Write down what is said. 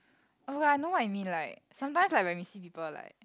oh I know what you mean like sometimes like when we see people like